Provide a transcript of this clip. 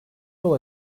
yol